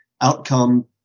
outcome